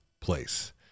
place